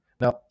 Now